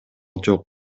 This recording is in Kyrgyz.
жок